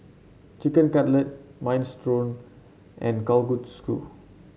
Chicken Cutlet Minestrone and Kalguksu